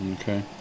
Okay